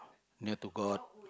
near to god